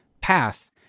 path